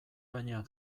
gainean